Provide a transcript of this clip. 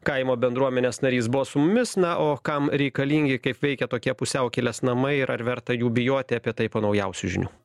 kaimo bendruomenės narys buvo su mumis na o kam reikalingi kaip veikia tokie pusiaukelės namai ir ar verta jų bijoti apie tai po naujausių žinių